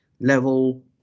level